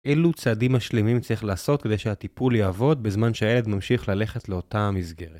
אילו צעדים משלימים צריך לעשות כדי שהטיפול יעבוד בזמן שהילד ממשיך ללכת לאותה המסגרת.